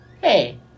Hey